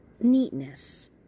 neatness